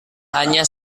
hanya